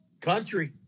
country